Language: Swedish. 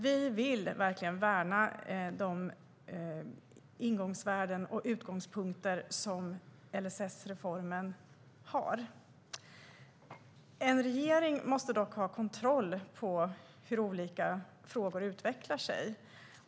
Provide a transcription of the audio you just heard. Vi vill verkligen värna de ingångsvärden och utgångspunkter som LSS-reformen har. En regering måste dock ha kontroll över hur olika frågor utvecklar sig.